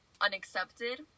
unaccepted